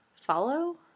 follow